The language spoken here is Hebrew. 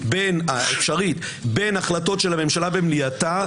בין החלטות של הממשלה במליאתה,